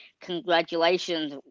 congratulations